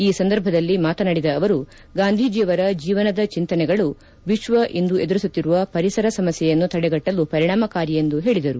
ಈ ಸಂದರ್ಭದಲ್ಲಿ ಮಾತನಾಡಿದ ಅವರು ಗಾಂಧೀಜಿಯವರ ಜೀವನದ ಚಿಂತನೆಗಳು ವಿಶ್ಲ ಇಂದು ಎದುರಿಸುತ್ತಿರುವ ಪರಿಸರ ಸಮಸ್ನೆಯನ್ನು ತಡೆಗಟ್ಟಲು ಪರಿಣಾಮಕಾರಿಯೆಂದು ಹೇಳಿದರು